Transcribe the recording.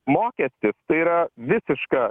mokestis tai yra visiška